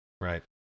Right